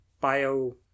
bio